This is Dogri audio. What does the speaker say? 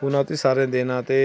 पुर्ण आहुति सारें देना ते